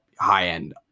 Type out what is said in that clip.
high-end